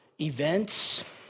events